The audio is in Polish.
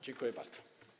Dziękuję bardzo.